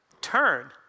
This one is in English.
Turn